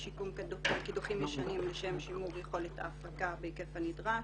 בשיקום קידוחים ישנים לשם שימור יכולת ההפקה בהיקף הנדרש.